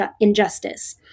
injustice